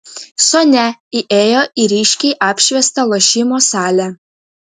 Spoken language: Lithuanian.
sonia įėjo į ryškiai apšviestą lošimo salę